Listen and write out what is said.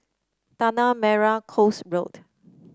Tanah Merah Coast Road